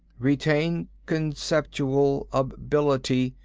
retain conceptual ability.